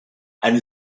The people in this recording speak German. eine